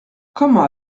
comment